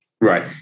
Right